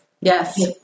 Yes